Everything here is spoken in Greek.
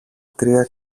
τρία